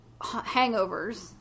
hangovers